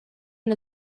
and